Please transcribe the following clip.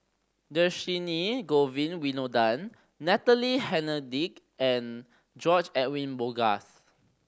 Dhershini Govin Winodan Natalie Hennedige and George Edwin Bogaars